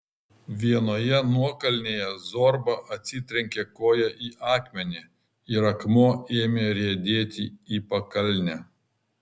vienoje nuokalnėje zorba atsitrenkė koja į akmenį ir akmuo ėmė riedėti į pakalnę